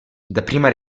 dapprima